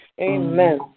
amen